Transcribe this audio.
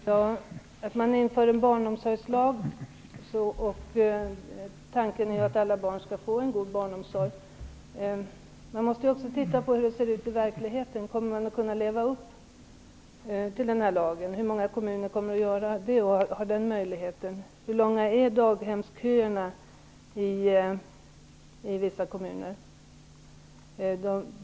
Herr talman! Bakom införandet av en barnomsorgslag ligger tanken att alla barn skall få en god barnomsorg, men man måste också titta på hur det ser ut i verkligheten. Kommer man att kunna leva upp till den här lagen? Hur många kommuner har möjlighet att göra det? Hur långa är daghemsköerna i vissa kommuner?